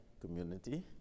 community